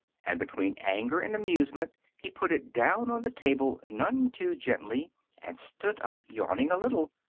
and between anger and amusement he put it down on the table none too gently and stood up, yawning a little.